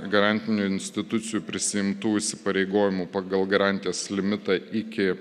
garantinių institucijų prisiimtų įsipareigojimų pagal garantijas limitą iki